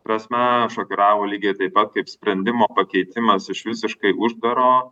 prasme šokiravo lygiai taip pat kaip sprendimo pakeitimas iš visiškai uždaro